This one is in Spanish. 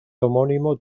homónimo